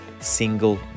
single